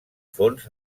fons